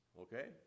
Okay